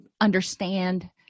understand